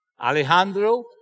Alejandro